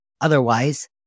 Otherwise